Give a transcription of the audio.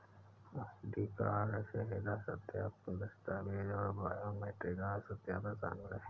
ID card, चेहरा सत्यापन, दस्तावेज़ और बायोमेट्रिक आदि सत्यापन शामिल हैं